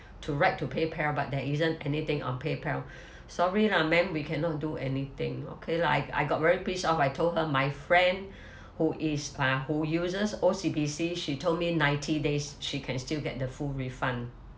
to write to paypal but there isn't anything on paypal sorry lah ma'am we cannot do anything okay lah I I got very pissed off I told her my friend who is ah who uses O_C_B_C she told me ninety days she can still get the full refund